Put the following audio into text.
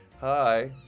Hi